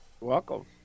Welcome